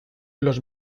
los